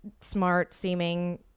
smart-seeming